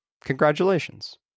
congratulations